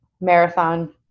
marathon